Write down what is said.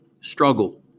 struggle